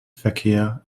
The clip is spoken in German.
verkehr